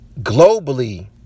globally